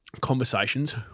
conversations